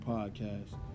Podcast